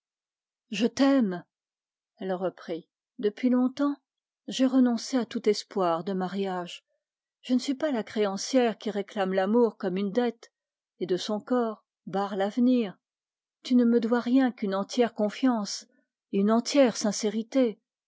je t'aime elle reprit depuis longtemps j'ai renoncé à tout espoir de mariage je ne suis pas la créancière qui réclame l'amour comme une dette et qui de son corps barre l'avenir tu ne me dois rien que ta confiance et ta sincérité